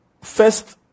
First